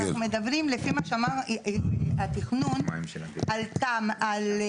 כשאנחנו מדברים לפי מה שאמר התכנון על תוכנית,